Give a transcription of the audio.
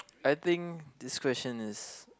I think this question is